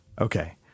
Okay